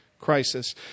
crisis